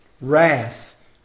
wrath